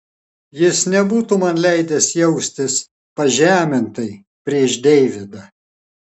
jis nebūtų man leidęs jaustis pažemintai prieš deividą